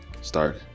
start